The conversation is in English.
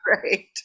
Great